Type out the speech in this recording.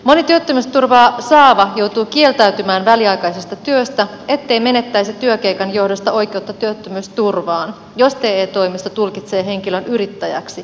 moni työttömyysturvaa saava joutuu kieltäytymään väliaikaisesta työstä ettei menettäisi työkeikan johdosta oikeutta työttömyysturvaan jos te toimisto tulkitsee henkilön yrittäjäksi